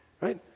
Right